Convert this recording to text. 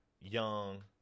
young